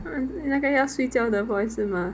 嗯那个要睡觉的 voice 是吗